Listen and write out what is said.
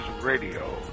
Radio